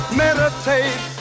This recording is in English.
meditate